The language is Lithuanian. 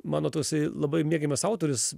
mano toksai labai mėgiamas autorius